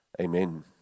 Amen